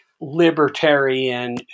libertarian